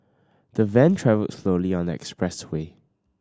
the van travelled slowly on expressway